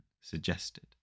suggested